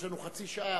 יש לנו חצי שעה,